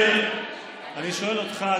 אני שואל אותך,